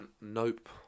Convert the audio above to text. Nope